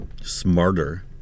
smarter